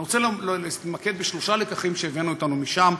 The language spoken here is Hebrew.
אני רוצה להתמקד בשלושה לקחים שהבאנו אתנו משם,